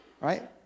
right